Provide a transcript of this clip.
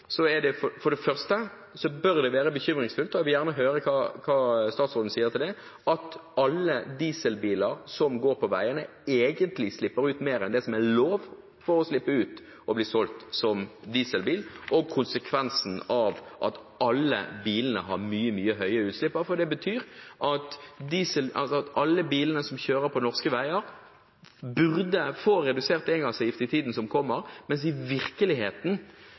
bør det være bekymringsfullt – og jeg vil gjerne høre hva statsråden sier om det – at alle dieselbiler som går på veiene, egentlig slipper ut mer enn det som er lovlig å slippe ut for å bli solgt som dieselbil. Konsekvensen er at alle bilene har mye, mye høyere utslipp. Det betyr at alle bilene som kjører på norske veier, burde få redusert engangsavgift i tiden som kommer, mens de i virkeligheten